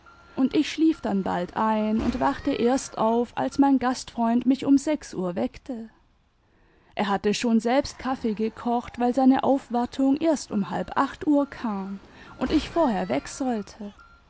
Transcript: und ich schlief dann bald ein und wachte erst auf als mein gastfreund mich um sechs uhr weckte er hatte schon selbst kaffee gekocht weil seine aufwartung erst um halb acht uhr kam und ich vorher weg sollte